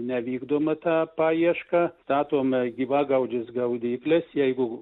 nevykdoma ta paieška statome gyvagaudžias gaudykles jeigu